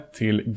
till